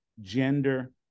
gender